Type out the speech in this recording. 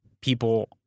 people